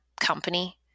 company